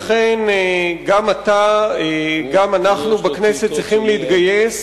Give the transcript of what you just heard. לכן גם אתה, גם אנחנו בכנסת צריכים להתגייס